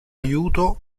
aiuto